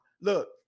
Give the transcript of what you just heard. look